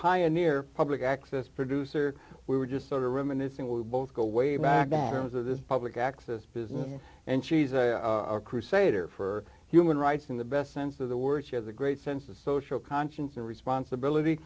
pioneer public access producer we were just sort of reminiscing we both go way back bathrooms of this public access business and she's a crusader for human rights in the best sense of the word she had the great sense of social conscience and responsibility